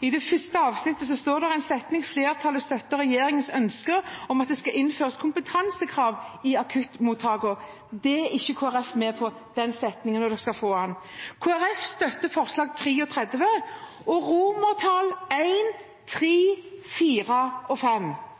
i det første avsnittet på side 37 i Innst. 206 S for 2015–2016 står følgende: «Flertallet støtter regjeringens ønske om at det skal innføres kompetansekrav i akuttmottakene Den setningen er ikke Kristelig Folkeparti med på. Kristelig Folkeparti støtter forslag nr. 33 og I, III, IV og V – pluss andre forslag